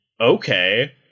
okay